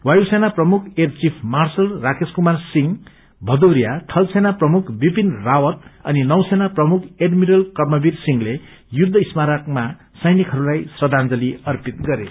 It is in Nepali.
वायुसेन प्रमुख air chief marshal Rakesh Kumar Singh Bhadauria शिल सेना प्रमुख विपिन रावत अननौसेना प्रमुख एडमिरल कर्मवीर सिंहले युद्ध स्मारकम सैनिकहरूलाई श्रदाजंली अर्पित गरे